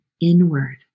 inward